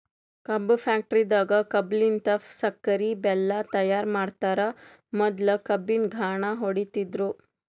ಕಬ್ಬ್ ಫ್ಯಾಕ್ಟರಿದಾಗ್ ಕಬ್ಬಲಿನ್ತ್ ಸಕ್ಕರಿ ಬೆಲ್ಲಾ ತೈಯಾರ್ ಮಾಡ್ತರ್ ಮೊದ್ಲ ಕಬ್ಬಿನ್ ಘಾಣ ಹೊಡಿತಿದ್ರು